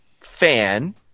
fan